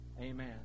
Amen